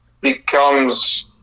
becomes